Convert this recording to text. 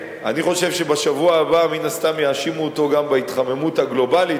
אני חושב שבשבוע הבא מן הסתם יאשימו אותו גם בהתחממות הגלובלית,